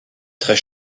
très